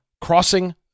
crossing